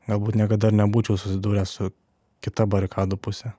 galbūt niekada ir nebūčiau susidūręs su kita barikadų puse